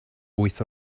wyth